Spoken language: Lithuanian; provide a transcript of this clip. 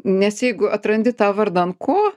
nes jeigu atrandi tą vardan ko